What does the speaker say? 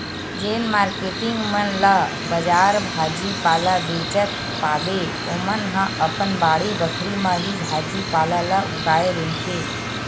जेन मारकेटिंग मन ला बजार भाजी पाला बेंचत पाबे ओमन ह अपन बाड़ी बखरी म ही भाजी पाला ल उगाए रहिथे